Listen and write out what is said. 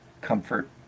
comfort